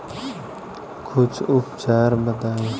कुछ उपचार बताई?